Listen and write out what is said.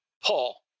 Paul